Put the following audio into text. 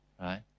Right